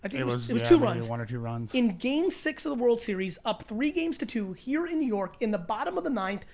it was two runs. one or two runs. in game six of the world series, up three games to two, here in new york, in the bottom of the ninth,